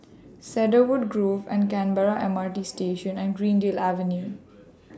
Cedarwood Grove and Canberra M R T Station and Greendale Avenue